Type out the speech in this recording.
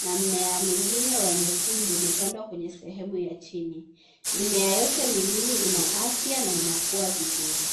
na mmea mwingine wa nyekundu umepandwa kwenye sehemu ya chini. Mimea yote miwili ina afya na inakua vizuri.